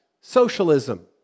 socialism